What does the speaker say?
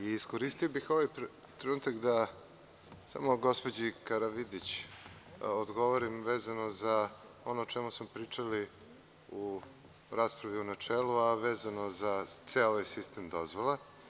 Iskoristio bih ovaj trenutak da gospođi Karavidić odgovorim vezano za ono o čemu smo pričali u raspravi u načelu, a vezano za ceo ovaj sistem dozvola.